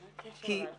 מה הקשר?